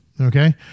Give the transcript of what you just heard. Okay